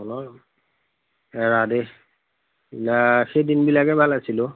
এৰা দেই সেই দিনবিলাকে ভাল আছিলে অ'